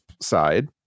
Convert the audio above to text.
side